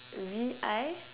V I